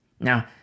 Now